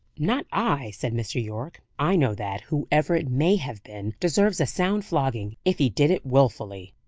not i, said mr. yorke. i know that, whoever it may have been deserves a sound flogging, if he did it willfully.